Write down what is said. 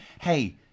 Hey